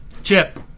Chip